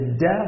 death